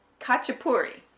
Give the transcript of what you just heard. kachapuri